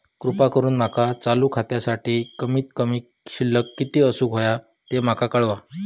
कृपा करून माका चालू खात्यासाठी कमित कमी शिल्लक किती असूक होया ते माका कळवा